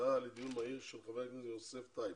הצעה לדיון מהיר של חבר הכנסת יוסף טייב.